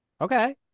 Okay